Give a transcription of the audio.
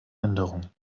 änderung